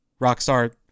Rockstar